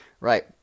right